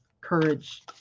courage